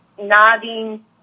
nodding